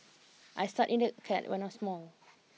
I start in the cat when I was small